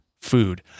food